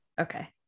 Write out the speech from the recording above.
Okay